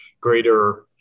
greater